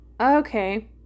Okay